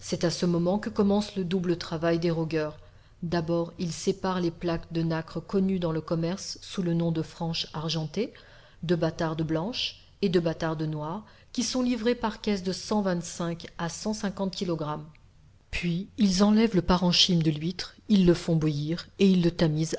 à ce moment que commence le double travail des rogueurs d'abord ils séparent les plaques de nacre connues dans le commerce sous le nom de franche argentée de bâtarde blanche et de batarde noire qui sont livrées par caisses de cent vingt-cinq à cent cinquante kilogrammes puis ils enlèvent le parenchyme de l'huître ils le font bouillir et ils le tamisent